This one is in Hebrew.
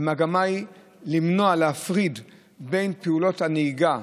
המגמה היא להפריד בין פעולות הנהיגה,